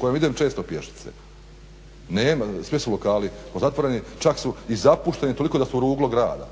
kojom idem često pješice, svi su lokali pozatvarani, čak su i zapušteni toliko da su ruglo grada.